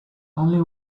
only